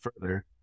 further